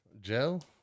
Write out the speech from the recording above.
Gel